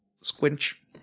squinch